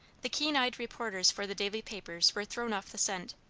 the keen-eyed reporters for the daily papers were thrown off the scent,